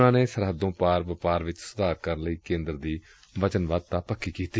ਉਨ੍ਹਾਂ ਨੇ ਸਰਹੱਦੋਂ ਪਾਰ ਵਪਾਰ ਵਿਚ ਸੁਧਾਰ ਕਰਨ ਲਈ ਕੇਂਦਰ ਦੀ ਵਚਨਬੱਧਤਾ ਪੱਕੀ ਕੀਤੀ